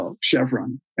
Chevron